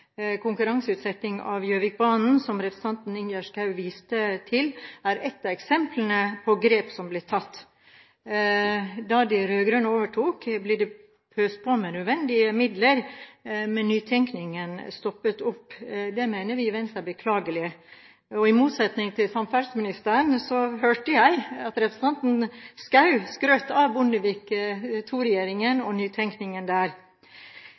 Konkurranseutsetting av Gjøvikbanen, som representanten Ingjerd Schou viste til, er ett av eksemplene på grep som ble tatt. Da de rød-grønne overtok, ble det pøst på med nødvendige midler, men nytenkningen stoppet opp. Det mener vi i Venstre er beklagelig. I motsetning til samferdselsministeren hørte jeg at representanten Schou skrøt av Bondevik II-regjeringen og nytenkningen der.